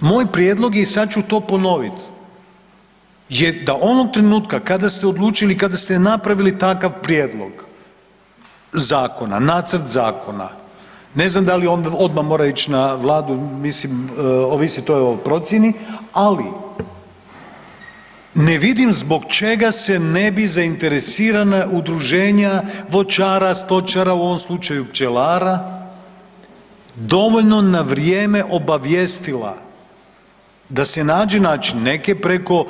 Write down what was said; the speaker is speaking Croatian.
Moj prijedlog je, i sad ću to ponoviti je da onog trenutka kada ste odlučili i kada ste napravili takav prijedlog zakona, nacrt zakona, ne znam da li on odmah mora ići na Vladu, mislim, ovisi to o procjeni, ali ne vidim zbog čega se ne bi zainteresirana udruženja voćara, stočara, u ovom slučaju pčelara dovoljno na vrijeme obavijestila da se nađe način, neke preko